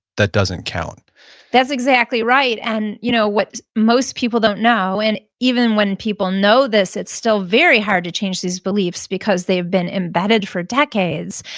that doesn't count that's exactly right. and you know what most people don't know, and even when people know this it's still very hard to change these beliefs because they've been embedded for decades.